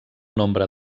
nombre